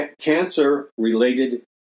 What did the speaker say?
cancer-related